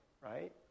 right